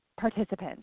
participants